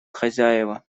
хозяева